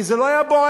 כי זה לא היה בוער.